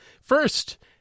First